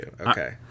Okay